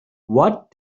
what